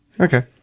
Okay